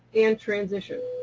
and transition.